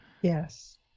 yes